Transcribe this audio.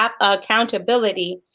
accountability